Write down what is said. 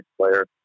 player